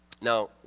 Now